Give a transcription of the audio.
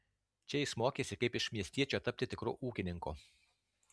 čia jis mokėsi kaip iš miestiečio tapti tikru ūkininku